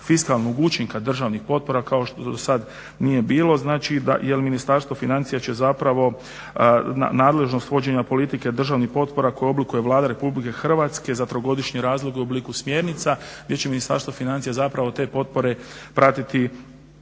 fiskalnog učinka državnih potpora kao što do sada nije bilo je Ministarstvo financija će nadležnost vođenja politike državnih potpora koje oblikuje Vlada RH za trogodišnje razdoblje u obliku smjernica gdje će Ministarstvo financija te potpore pratiti